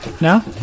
now